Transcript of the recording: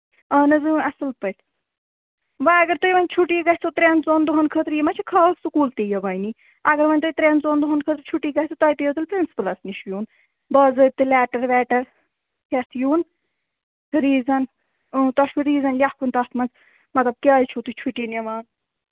اَہَن حظ اَصٕل پٲٹھۍ وۅنۍ اَگر تۄہہِ وۅنۍ چھُٹی گژھوٕ ترٛٮ۪ن ژۅن دۄہَن خٲطرٕ یہِ ما چھِ کھال سکوٗل تہِ یِوانٕے اَگر وۅنۍ ترٛٮ۪ن ژۅن دۄہَن خٲطرٕ چھُٹی گژھِ تۄہہِ پیٚوٕ تیٚلہِ پرنٕسپُلَس نِش یُن باضٲبطہٕ لیٹَر ویٹر ہٮ۪تھ یُن ریٖزَن تۅہہِ چھُ ریٖزن لٮ۪کھُن تَتھ منٛز مطلب کیٛازِ چھِو تُہۍ چھُٹی نِوان